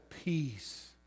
peace